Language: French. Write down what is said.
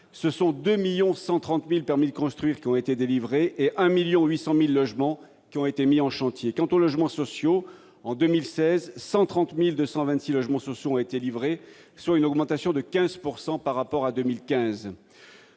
quelque 2 130 000 permis de construire qui ont été délivrés et 1 800 000 logements qui ont été mis en chantier. Quant aux logements sociaux, ils sont 130 226 à avoir été livrés en 2016, soit une augmentation de 15 % par rapport à 2015.